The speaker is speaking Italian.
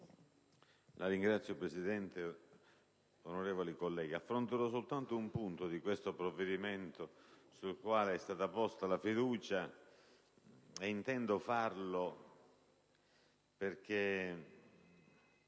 Signora Presidente, onorevoli colleghi, affronterò soltanto un punto di questo provvedimento, sul quale è stata posta la fiducia, e intendo farlo perché